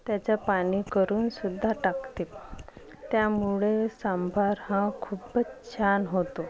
त्याचं पाणी करून सुद्धा टाकते त्यामुळे सांबार हा खूपच छान होतो